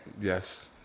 Yes